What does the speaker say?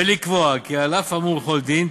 ולקבוע כי על אף האמור בכל דין,